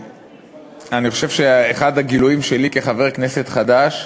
אני חושב שאחד הגילויים שלי, כחבר כנסת חדש,